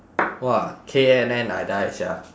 !wah! K_N_N I die sia